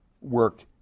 work